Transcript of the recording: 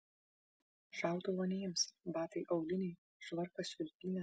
šautuvo neims batai auliniai švarkas švilpynė